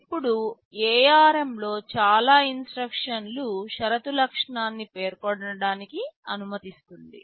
ఇప్పుడు ARM లోని చాలా ఇన్స్ట్రక్షన్ లు షరతు లక్షణాన్ని పేర్కొనడానికి అనుమతిస్తుంది